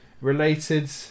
related